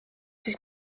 siis